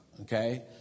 Okay